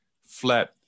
flat